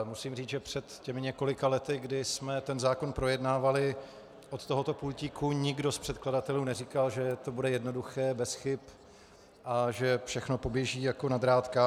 Musím říct, že před těmi několika lety, kdy jsme ten zákon projednávali od tohoto pultíku, nikdo z předkladatelů neříkal, že to bude jednoduché, bez chyb a že všechno poběží jako na drátkách.